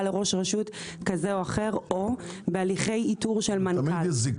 לראש רשות כזה או אחר או בהליכי איתור של מנכ"ל.